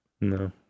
No